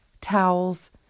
towels